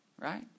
Right